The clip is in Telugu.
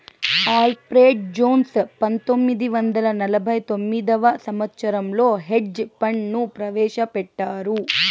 అల్ఫ్రెడ్ జోన్స్ పంతొమ్మిది వందల నలభై తొమ్మిదవ సంవచ్చరంలో హెడ్జ్ ఫండ్ ను ప్రవేశపెట్టారు